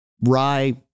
rye